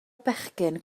bechgyn